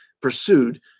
pursued